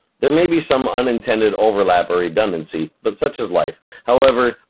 there may be some unintended overlap or redundancy, but such is life. however,